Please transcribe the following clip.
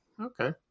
Okay